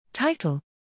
Title